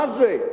מה זה?